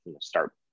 start